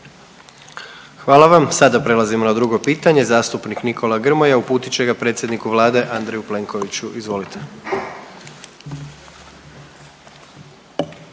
Hvala vam. Sada prelazimo na drugo pitanje. Zastupnik Nikola Grmoja uputit će ga predsjedniku Vlade, Andreju Plenkoviću, izvolite.